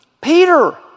Peter